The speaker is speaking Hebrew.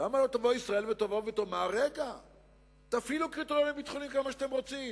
למה לא תבוא ישראל ותאמר: תפעילו קריטריונים ביטחוניים כמה שאתם רוצים,